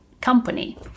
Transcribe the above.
company